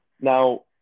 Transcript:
now